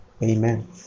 Amen